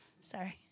Sorry